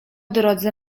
drodze